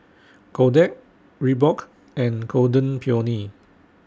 Kodak Reebok and Golden Peony